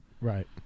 Right